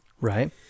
Right